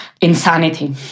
insanity